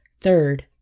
Third